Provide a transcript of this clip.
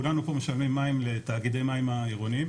כולנו פה משלמים מים לתאגידי המים העירוניים,